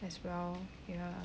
as well ya